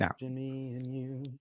now